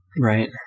Right